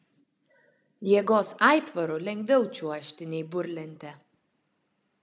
jėgos aitvaru lengviau čiuožti nei burlente